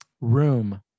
room